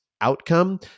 outcome